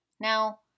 Now